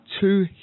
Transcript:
two